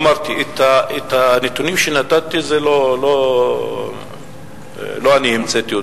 אמרתי: הנתונים שנתתי לא אני המצאתי,